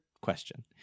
question